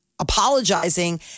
apologizing